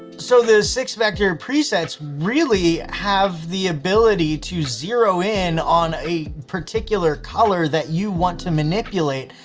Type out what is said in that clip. so the six vector presets really have the ability to zero in on a particular color that you want to manipulate.